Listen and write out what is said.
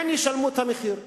הן ישלמו את המחיר.